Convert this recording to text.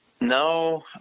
no